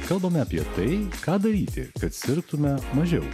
kalbame apie tai ką daryti kad sirgtume mažiau